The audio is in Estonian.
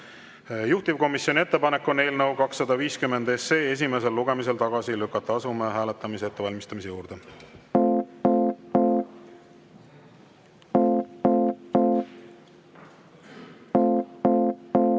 Juhtivkomisjoni ettepanek on eelnõu 250 esimesel lugemisel tagasi lükata. Asume hääletamise ettevalmistamise